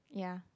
ya